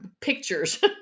pictures